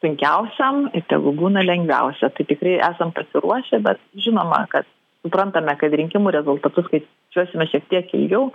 sunkiausiam ir tegu būna lengviausia tai tikrai esam pasiruošę bet žinoma kad suprantame kad rinkimų rezultatus skai čiuosime šiek tiek ilgiau